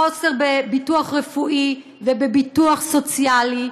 מחוסר בביטוח רפואי וביטוח סוציאלי,